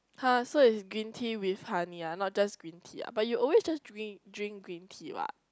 [huh] so it's green tea with honey ah not just green tea ah but you always just drin~ drink green tea [what]